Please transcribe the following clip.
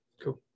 cool